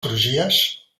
crugies